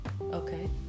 Okay